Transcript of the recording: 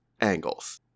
angles